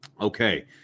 Okay